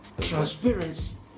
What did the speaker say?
transparency